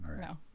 No